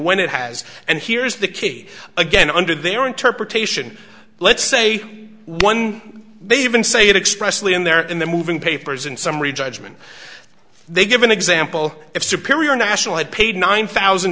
when it has and here's the key again under their interpretation let's say one they even say it expressly in there and then moving papers in summary judgment they give an example of superior national had paid nine thousand